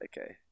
Okay